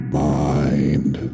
mind